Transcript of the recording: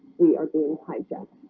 we are being hijacked